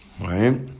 Right